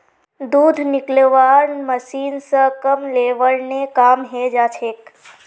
दूध निकलौव्वार मशीन स कम लेबर ने काम हैं जाछेक